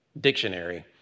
dictionary